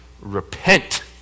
Repent